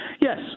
Yes